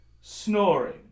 snoring